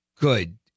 good